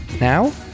Now